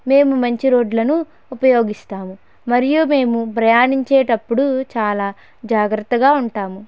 మేము మంచి రోడ్లను ఉపయోగిస్తాము మరియు మేము ప్రయాణించేటప్పుడు చాలా జాగ్రత్తగా ఉంటాము